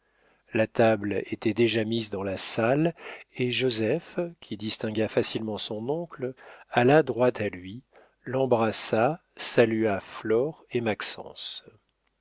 la table était déjà mise dans la salle et joseph qui distingua facilement son oncle alla droit à lui l'embrassa salua flore et